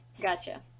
Gotcha